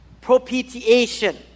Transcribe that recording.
propitiation